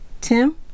Tim